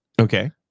Okay